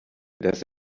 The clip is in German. dass